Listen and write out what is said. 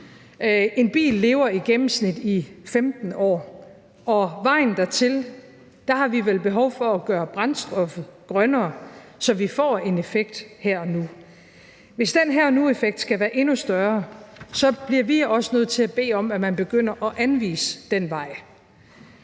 En bil lever i gennemsnit i 15 år, og på vejen dertil har vi vel behov for at gøre brændstoffet grønnere, så vi får en effekt her og nu. Hvis den her og nu-effekt skal være endnu større, bliver vi også nødt til at bede om, at man begynder at anvise den vej.